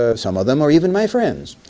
ah some of them are even my friends,